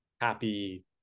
happy